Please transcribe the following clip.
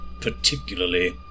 particularly